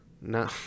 no